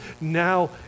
Now